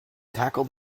tackle